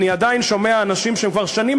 אני עדיין שומע אנשים שהם כבר שנים